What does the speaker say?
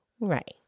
Right